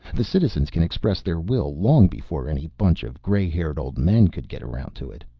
the citizens can express their will long before any bunch of gray-haired old men could get around to it.